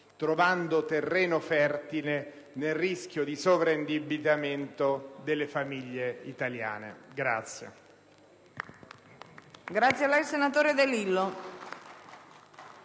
trovando terreno fertile nel rischio di sovraindebitamento delle famiglie italiane.